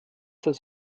das